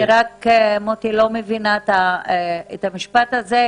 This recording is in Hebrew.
אני רק לא מבינה את המשפט הזה,